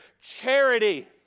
charity